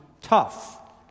tough